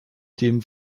dem